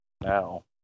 now